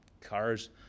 cars